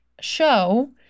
show